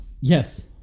Yes